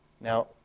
Now